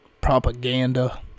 propaganda